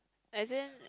as in